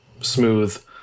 smooth